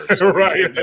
Right